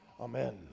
Amen